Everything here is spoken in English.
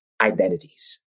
identities